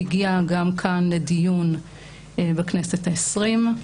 הגיעה גם כאן לדיון בכנסת ה-20.